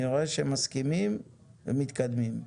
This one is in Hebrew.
נראה שמסכימים מתקדמים.